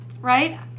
right